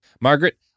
Margaret